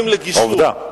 עובדה.